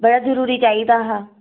बड़ा जरूरी चाहिदा हा